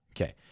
Okay